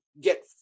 get